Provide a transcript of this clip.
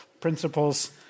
principles